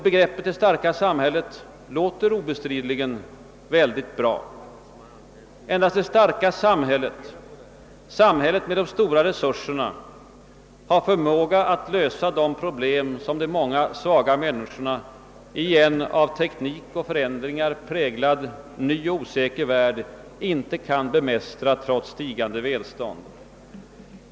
Begreppet »det starka samhället» låter obestridligen mycket bra. Endast det starka samhället — samhället med de stora resurserna — har förmåga att lösa de problem som de många svaga människorna i en av teknik och förändringar präglad ny och osäker värld inte kan bemästra trots stigande välstånd.